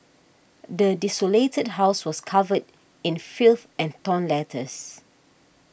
the desolated house was covered in filth and torn letters